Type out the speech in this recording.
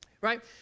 right